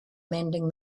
mending